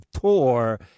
Tour